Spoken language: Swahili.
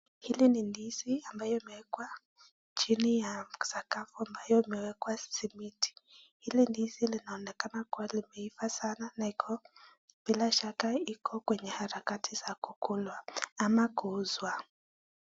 Hili ni ndizi ambayo imewekwa chini ya sakafu ambayo imewekwa simiti. Hili ndizi linaonekana kuwa limeiva sana na iko bila shaka iko kwenye harakati za kukulwa ama kuuzwa.